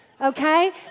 Okay